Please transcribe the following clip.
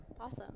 Awesome